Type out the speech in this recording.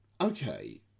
Okay